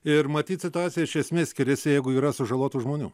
ir matyt situacija iš esmės skiriasi jeigu yra sužalotų žmonių